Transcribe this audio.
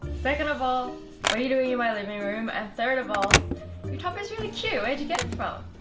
second of all what are you doing in my living room? and third of all your top is really cute! where'd you get it from?